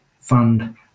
fund